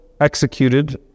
executed